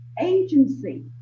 agency